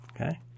Okay